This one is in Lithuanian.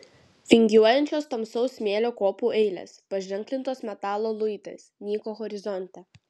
vingiuojančios tamsaus smėlio kopų eilės paženklintos metalo luitais nyko horizonte